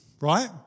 right